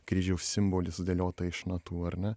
kryžiaus simbolį sudėliotą iš natų ar ne